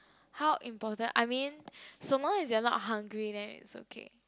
how important I mean someone is not that hungry then is okay